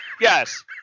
yes